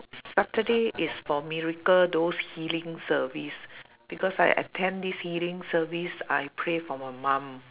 saturday is for miracle those healing service because I attend this healing service I pray for my mum